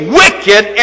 wicked